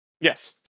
Yes